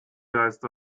geist